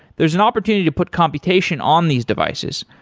there's an opportunity to put computation on these devices.